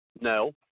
No